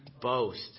boast